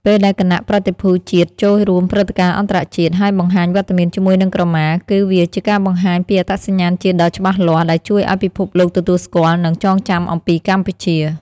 ពេលដែលគណៈប្រតិភូជាតិចូលរួមព្រឹត្តិការណ៍អន្តរជាតិ ហើយបង្ហាញវត្តមានជាមួយនឹងក្រមា គឺវាជាការបង្ហាញពី អត្តសញ្ញាណជាតិដ៏ច្បាស់លាស់ ដែលជួយឲ្យពិភពលោកទទួលស្គាល់ និងចងចាំអំពីកម្ពុជា។